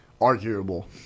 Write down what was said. arguable